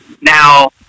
now